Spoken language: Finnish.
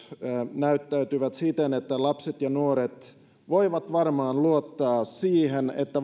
näyttäytyvät siten että lapset ja nuoret voivat varmaan luottaa siihen että